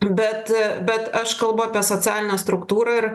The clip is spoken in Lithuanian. bet bet aš kalbu apie socialinę struktūrą ir